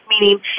meaning